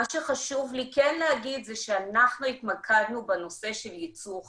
מה שחשוב לי כן להגיד זה שאנחנו התמקדנו בנושא של ייצור חשמל.